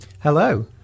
Hello